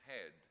head